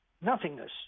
nothingness